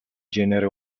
genere